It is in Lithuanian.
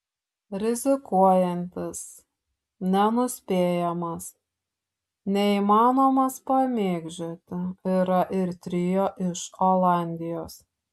rizikuojantis nenuspėjamas neįmanomas pamėgdžioti yra ir trio iš olandijos